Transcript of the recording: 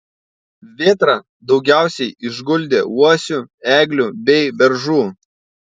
vėtra daugiausiai išguldė uosių eglių bei beržų